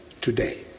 today